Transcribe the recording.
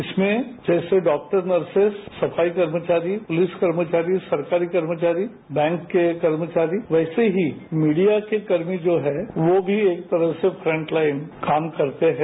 इसमें जैसे doctor nurses सफाई कर्मचारी पुलिस कर्मचारी सरकारी कर्मचारी बैंक के कर्मचारी वैसे ही मीडिया के कर्मी जो हैं वो भी एक तरहसे फ्रंट लाइन काम करते हैं